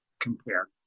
compare